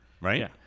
Right